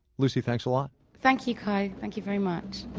lucy, thanks a lot thank you, kai. thank you very much